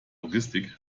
logistik